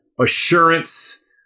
assurance